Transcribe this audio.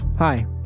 Hi